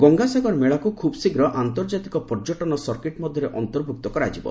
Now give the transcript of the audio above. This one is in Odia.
ଗଙ୍ଗାସାଗର ମେଳାକୁ ଖୁବ୍ ଶୀଘ୍ର ଆନ୍ତର୍ଜାତିକ ପର୍ଯ୍ୟଟନ ସର୍କିଟ୍ ମଧ୍ୟରେ ଅନ୍ତର୍ଭୁକ୍ତ କରାଯିବ